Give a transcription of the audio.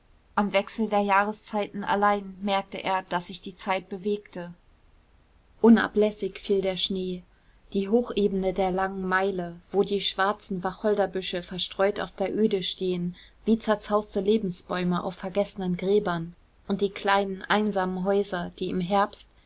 am wechsel der jahreszeiten allein merkte er daß sich die zeit bewegte unablässig fiel der schnee die hochebene der langen meile wo die schwarzen wacholderbüsche verstreut auf der öde stehen wie zerzauste lebensbäume auf vergessenen gräbern und die kleinen einsamen häuser die im herbst